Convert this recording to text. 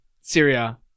Syria